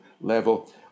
level